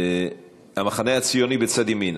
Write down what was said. חברי המחנה הציוני מצד ימין,